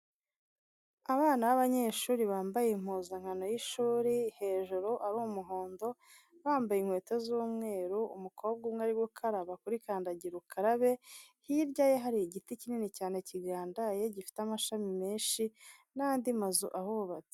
Abana b'abanyeshuri bambaye impuzankano y'ishuri hejuru ari umuhondo bambaye inkweto z'umweru, umukobwa umwe ari gukaraba kuri kandagira ukarabe, hirya ye hari igiti kinini cyane kidaye gifite amashami menshi n'andi mazu ahubatse.